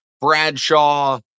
Bradshaw